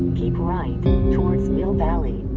keep right towards mill valley.